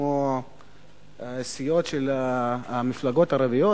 כמו סיעות של המפלגות הערביות,